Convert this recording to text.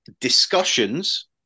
discussions